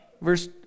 verse